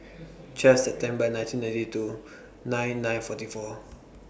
twelfth September nineteen ninety two nine nine forty four